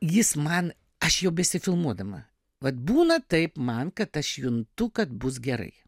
jis man aš jau besifilmuodama vat būna taip man kad aš juntu kad bus gerai